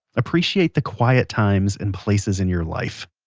appreciate the quiet times and places in your life.